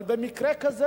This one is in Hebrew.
אבל במקרה כזה,